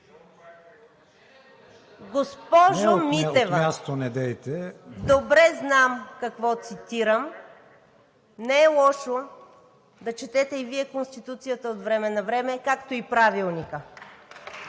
Госпожо Митева, добре знам какво цитирам. Не е лошо да четете и Вие Конституцията от време на време, както и Правилника.